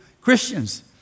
Christians